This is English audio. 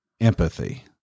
empathy